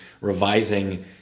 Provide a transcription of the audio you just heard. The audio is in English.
revising